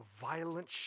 violent